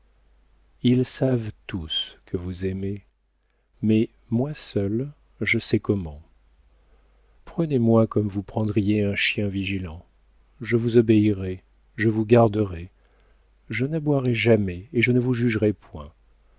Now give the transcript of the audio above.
ils savent tous que vous aimez mais moi seul je sais comment prenez-moi comme vous prendriez un chien vigilant je vous obéirai je vous garderai je n'aboierai jamais et je ne vous jugerai point